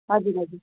हजुर हजुर